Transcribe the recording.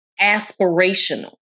aspirational